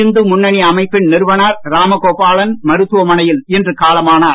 இந்து முன்னணி அமைப்பின் நிறுவனர் ராமகோபாலன் மருத்துவ மனையில் இன்று காலமானார்